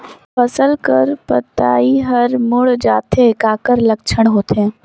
फसल कर पतइ हर मुड़ जाथे काकर लक्षण होथे?